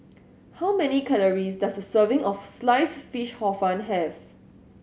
how many calories does a serving of Sliced Fish Hor Fun have